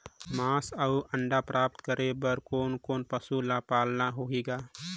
मांस अउ अंडा प्राप्त करे बर कोन कोन पशु ल पालना होही ग?